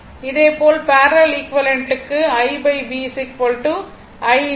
இதே போல் பேரலல் ஈக்விவலெண்ட்டுக்கு I V I P